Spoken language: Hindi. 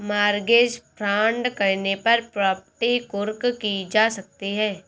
मॉर्गेज फ्रॉड करने पर प्रॉपर्टी कुर्क की जा सकती है